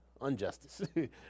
Unjustice